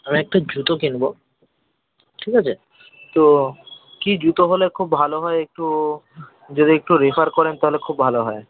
আমি একটা জুতো কিনব ঠিক আছে তো কী জুতো হলে খুব ভালো হয় একটু যদি একটু রেফার করেন তাহলে খুব ভালো হয়